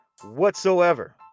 Whatsoever